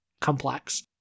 complex